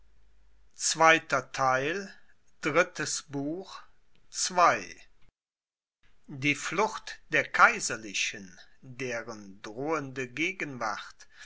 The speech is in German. die flucht der kaiserlichen deren drohende gegenwart